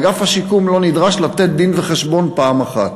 אגף השיקום לא נדרש לתת דין-וחשבון פעם אחת.